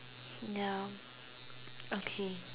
ya okay